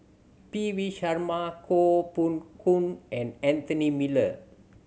P V Sharma Koh Poh Koon and Anthony Miller